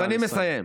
נא לסיים.